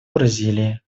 бразилии